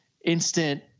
instant